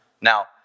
Now